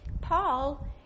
Paul